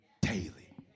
daily